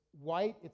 white